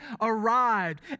arrived